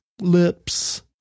lips